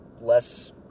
less